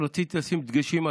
רציתי לשים דגשים על